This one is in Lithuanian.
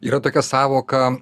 yra tokia sąvoka